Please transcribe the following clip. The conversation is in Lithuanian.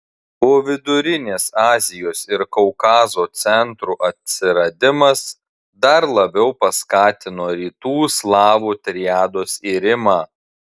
o vidurinės azijos ir kaukazo centrų atsiradimas dar labiau paskatino rytų slavų triados irimą